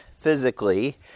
physically